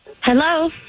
Hello